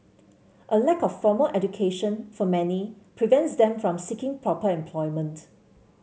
a lack of formal education for many prevents them from seeking proper employment